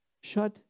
shut